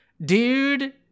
Dude